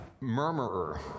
murmurer